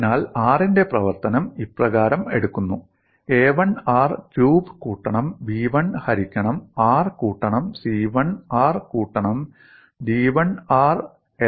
അതിനാൽ r ന്റെ പ്രവർത്തനം ഇപ്രകാരം എടുക്കുന്നു A 1 r ക്യൂബ് കൂട്ടണം B1 ഹരിക്കണം r കൂട്ടണം C1 r കൂട്ടണം D1 r ln r